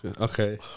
Okay